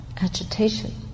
agitation